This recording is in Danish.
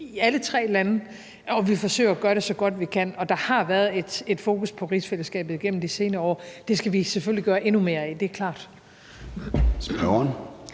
i alle tre lande, og vi forsøger at gøre det, så godt vi kan, og der har været et fokus på rigsfællesskabet igennem de senere år, og det skal vi selvfølgelig have endnu mere af, det er klart.